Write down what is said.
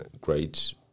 great